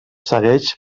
segueix